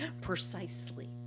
Precisely